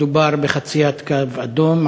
מדובר בחציית קו אדום,